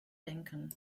denken